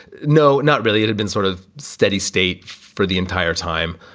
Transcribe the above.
no, not really. it had been sort of steady state for the entire time.